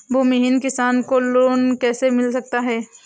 भूमिहीन किसान को लोन कैसे मिल सकता है?